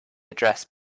address